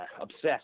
obsessed